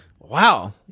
Wow